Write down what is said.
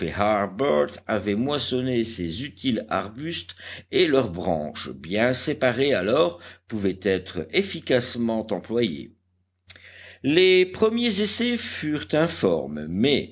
avaient moissonné ces utiles arbustes et leurs branches bien séparées alors pouvaient être efficacement employées les premiers essais furent informes mais